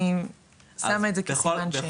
אני שמה את זה בסימן שאלה.